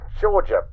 Georgia